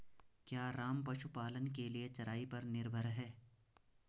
क्या राम पशुपालन के लिए चराई पर निर्भर है?